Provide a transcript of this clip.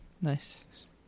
Nice